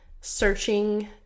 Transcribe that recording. searching